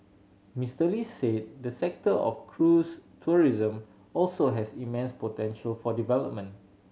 Mister Lee said the sector of cruise tourism also has immense potential for development